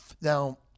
now